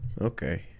Okay